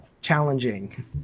challenging